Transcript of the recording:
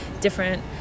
different